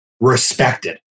respected